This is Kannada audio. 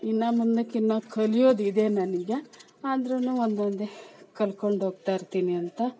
ಇನ್ನೂ ಮುಂದಕ್ಕಿನ್ನೂ ಕಲಿಯೋದಿದೆ ನನಗೆ ಆದ್ರೂ ಒಂದೊಂದೇ ಕಲ್ತ್ಕೊಂಡು ಹೋಗ್ತಾಯಿರ್ತೀನಿ ಅಂತ